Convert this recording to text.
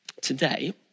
Today